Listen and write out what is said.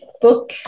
book